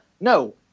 No